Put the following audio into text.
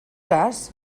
cas